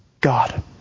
God